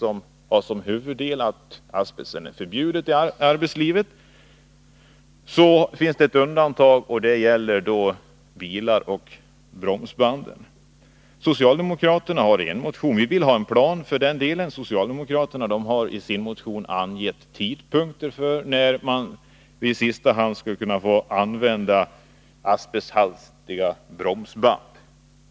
Enligt huvudregeln är användning av asbest i arbetslivet förbjuden. Men det finns ett undantag. Det gäller bromsbanden i bilar. Vi vill ha en plan för avvecklingen av asbest som material i bromsband. Socialdemokraterna har i sin motion angett en tidpunkt för när man inte längre skulle få använda asbesthaltiga bromsband.